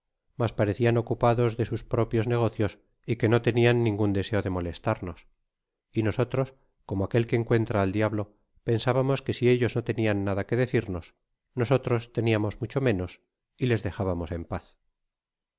mas parecian ocupados de sus propios negocios y que no tenian ningun deseo de molestarnos y nosotros coma aquel que encuentra al diablo pensábamos que si ellos no tenian nada que decirnos nosotros teniamos mucho menos y les dejábamos en paz